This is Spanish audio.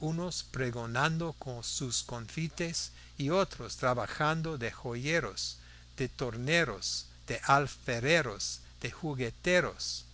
unos pregonando sus confites y otros trabajando de joyeros de torneros de alfareros de jugueteros